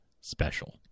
special